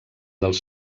dels